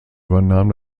übernahm